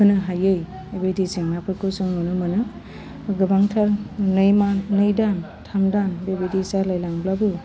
होनो हायै बेबायदि जेंनाफोरखौ जों नुनो मोनो गोबांथार नै मान नै दान थाम दान बेबायदि जालायलांब्लाबो